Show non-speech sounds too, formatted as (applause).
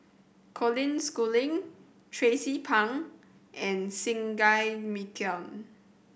Colin Schooling Tracie Pang and Singai (unintelligible)